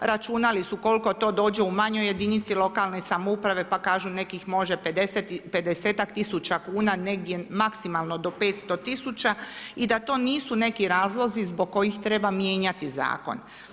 Računali su koliko to dođe u manjoj jedinici lokalne samouprave, pa kažu nekih možda pedesetak tisuća kuna, negdje maksimalno do 500 tisuća i da to nisu neki razlozi zbog kojih treba mijenjati zakon.